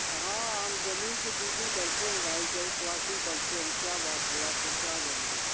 हाँ हम ज़मीन की डीलिंग करते हैं भाई साहब प्लाटिंग करते हैं क्या बात है आपको क्या ज़रूरत है